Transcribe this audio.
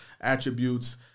attributes